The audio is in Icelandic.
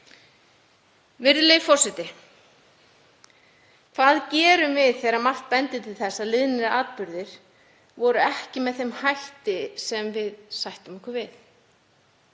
Virðulegi forseti. Hvað gerum við þegar margt bendir til þess að liðnir atburðir hafi ekki verið með þeim hætti sem við sættum okkur við?